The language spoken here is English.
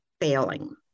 failing